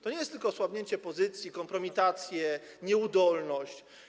To nie jest tylko osłabienie pozycji, kompromitacje, nieudolność.